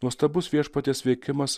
nuostabus viešpaties veikimas